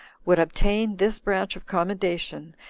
would obtain this branch of commendation,